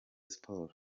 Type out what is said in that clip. sports